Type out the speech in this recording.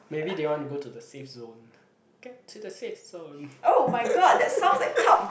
maybe they want to go to the safe zone get to the safe zone